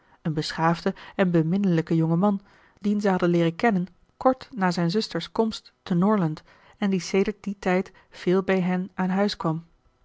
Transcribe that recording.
een beschaafden en beminnelijken jongen man dien zij hadden leeren kennen kort na zijn zuster's komst te norland en die sedert dien tijd veel bij hen aan huis kwam